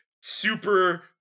super